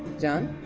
john,